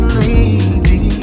lady